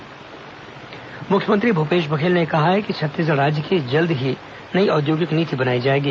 औद्योगिक नीति मुख्यमंत्री भूपेश बघेल ने कहा है कि छत्तीसगढ़ राज्य की जल्द ही नई औद्योगिक नीति बनाई जाएगी